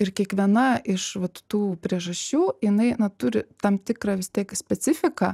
ir kiekviena iš vat tų priežasčių jinai na turi tam tikrą vis tiek specifiką